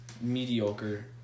mediocre